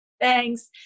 Thanks